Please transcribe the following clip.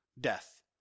death